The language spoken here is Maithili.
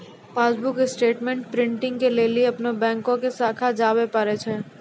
पासबुक स्टेटमेंट प्रिंटिंग के लेली अपनो बैंको के शाखा जाबे परै छै